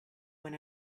when